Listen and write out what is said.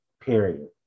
Period